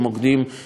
אירועים בארץ.